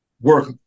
work